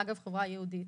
אגב החברה היהודית,